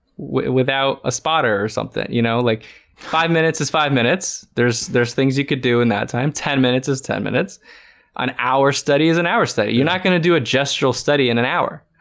without a spotter something, you know, like five minutes is five minutes there's there's things you could do in that time. ten minutes is ten minutes an hour study is an hour study you're not gonna do a gestural study in an hour.